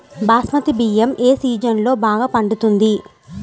బాస్మతి బియ్యం ఏ సీజన్లో బాగా పండుతుంది?